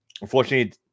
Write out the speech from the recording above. unfortunately